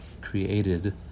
created